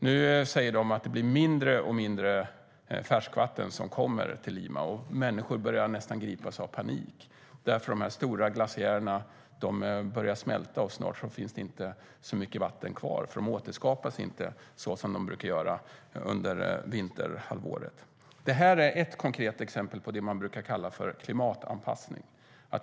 Nu säger de att det blir mindre och mindre färskvatten som kommer till Lima, och människor börjar nästan gripas av panik. De stora glaciärerna börjar smälta. Snart finns det inte mycket vatten kvar, för det återskapas inte så som det brukar under vinterhalvåret. Detta är ett konkret exempel på det man brukar kalla klimatanpassning.